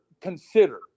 consider